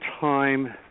time